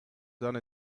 done